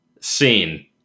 scene